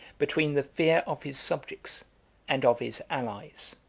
between the fear of his subjects and of his allies.